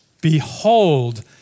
Behold